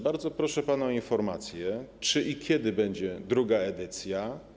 Bardzo proszę pana o informację, czy i kiedy będzie druga edycja.